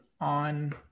on